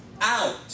out